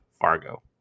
Fargo